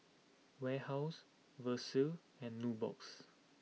Warehouse Versace and Nubox